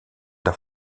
das